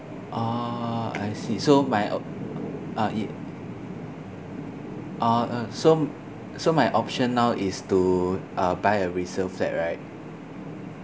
oh I see so my uh uh it oh uh so so my option now is to uh buy a resale flat right